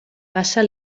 passa